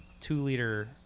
two-liter